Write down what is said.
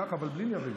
קח, אבל בלי לריב איתה.